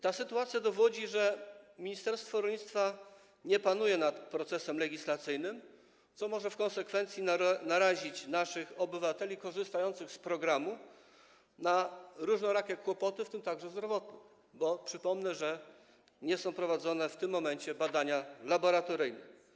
Ta sytuacja dowodzi, że ministerstwo rolnictwa nie panuje nad procesem legislacyjnym, co może w konsekwencji narazić naszych obywateli korzystających z programu na różnorakie kłopoty, w tym także zdrowotne, bo - przypomnę - nie są prowadzone w tym momencie badania laboratoryjne.